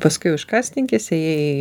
paskui jau iš kasininkės ėjai į